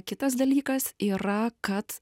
kitas dalykas yra kad